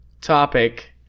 topic